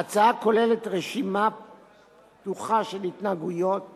ההצעה כוללת רשימה פתוחה של התנהגויות שמוגדרות,